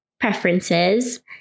preferences